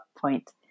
point